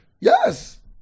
Yes